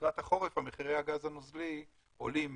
לקראת החורף מחירי הגז הנוזלי עולים